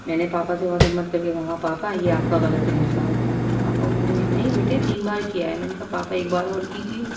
میں نے پاپا سے بہت ہمت کر کے کہا پاپا یہ آپ کا غلط ہے حساب پاپا بولے نہیں بیٹے تین بار کیا ہے میں نے کہا پاپا ایک بار اور کیجیے